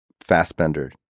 Fassbender